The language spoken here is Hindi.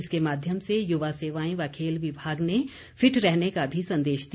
इसके माध्यम से युवा सेवाएं व खेल विभाग ने फिट रहने का भी संदेश दिया